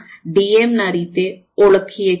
ના રીતે ઓળખીએ છે